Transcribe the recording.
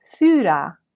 thura